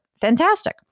Fantastic